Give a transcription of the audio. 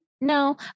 No